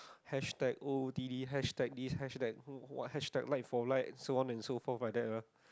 hashtag o_o_t_d hashtag this hashtag what hashtag like for like so on and so forth like that lah